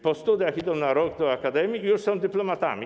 Po studiach idą na rok do akademii i już są dyplomatami.